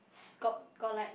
got got like